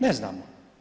Ne znamo.